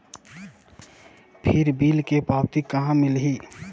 फिर बिल के पावती कहा मिलही?